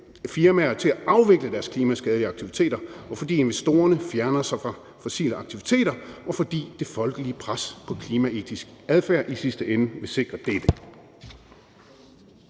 firmaer til at afvikle deres klimaskadelige aktiviteter, og fordi investorerne fjerner sig fra fossile aktiviteter, og fordi det folkelige pres på klimaetisk adfærd i sidste ende vil sikre dette.